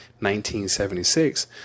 1976